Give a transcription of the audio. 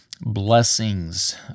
blessings